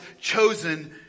chosen